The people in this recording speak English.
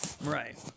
right